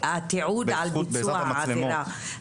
אומר שבעזרת המצלמות,